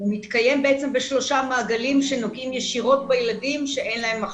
הוא בעצם מתקיים בשלושה מעגלים שנוגעים ישירות בילדים שאין להם מחשבים.